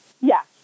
Yes